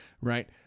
right